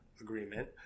agreement